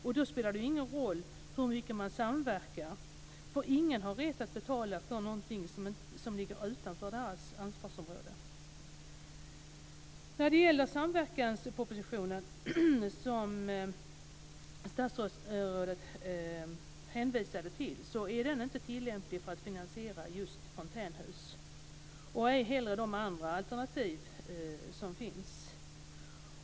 Och då spelar det ju ingen roll hur mycket man samverkar, eftersom ingen har rätt att betala för något som ligger utanför deras ansvarsområden. Samverkanspropositionen som statsrådet hänvisade till är inte tillämplig för att finansiera just Fontänhus och inte heller de andra alternativ som finns.